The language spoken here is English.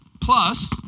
plus